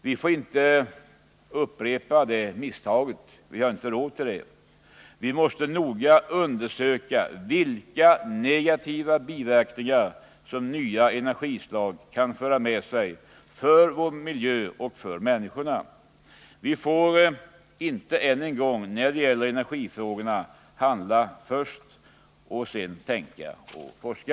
Vi får inte upprepa det misstaget — vi har inte råd med det. Vi måste noga undersöka vilka negativa biverkningar nya energislag kan föra med sig för vår miljö och för människorna. Vi får inte än en gång när det gäller energifrågorna handla först och sedan tänka och forska.